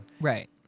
Right